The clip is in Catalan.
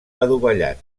adovellat